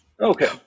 Okay